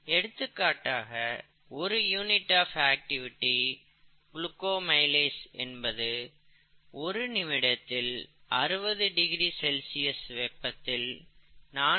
எடுத்துக்காட்டாக 1 unit of activity glucoamylase என்பது 1 நிமிடத்தில் 60 டிகிரி செல்சியஸ் வெப்பத்தில் 4